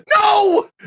no